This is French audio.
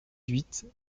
huit